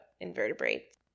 invertebrates